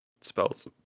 spells